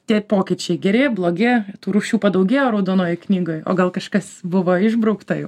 tie pokyčiai geri blogi tų rūšių padaugėjo raudonojoj knygoj o gal kažkas buvo išbraukta jau